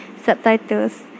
subtitles